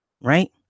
right